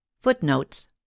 Footnotes